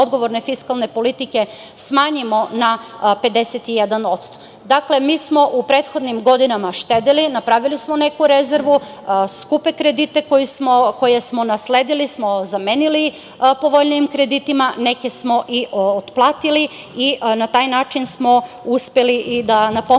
odgovorne fiskalne politike smanjimo na 51%. Dakle, mi smo u prethodnim godinama štedeli, napravili smo neku rezervu, skupe kredite koje smo nasledili smo zamenili povoljnijim kreditima, neke smo i otplatili, i na taj način smo uspeli, da napomenem